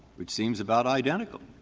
which seems about identical.